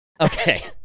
Okay